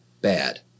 bad